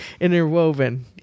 interwoven